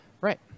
Right